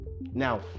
Now